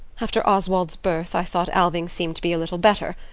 after oswald's birth, i thought alving seemed to be a little better.